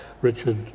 Richard